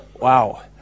wow